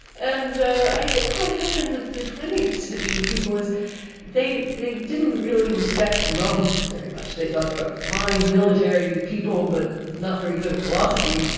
and i think what happened with the twentieth century people is they they didn't really respect the romans very much, they thought they were a fine military people but not very good at philosophy.